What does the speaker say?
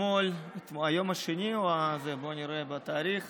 היום 2 במרץ.